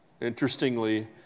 Interestingly